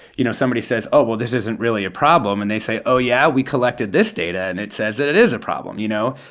you know, somebody says, this isn't really a problem. and they say, oh, yeah? we collected this data, and it says that it is a problem, you know?